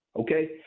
Okay